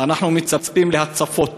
אנחנו מצפים להצפות.